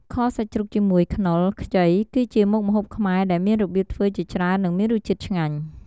ខសាច់ជ្រូកជាមួយខ្នុរខ្ចីគឺជាមុខម្ហូបខ្មែរ ដែលមានរបៀបធ្វើជាច្រើន និងមានរសជាតិឆ្ងាញ់។